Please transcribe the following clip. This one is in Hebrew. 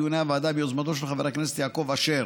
דיוני הוועדה ביוזמתו של חבר הכנסת יעקב אשר.